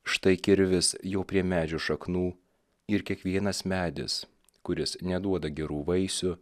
štai kirvis jau prie medžių šaknų ir kiekvienas medis kuris neduoda gerų vaisių